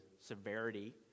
severity